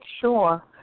sure